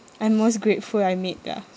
I'm most grateful I made lah